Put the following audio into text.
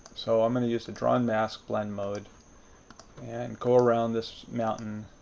so um and use a drawn mask blend mode and go around this mountain.